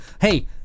Hey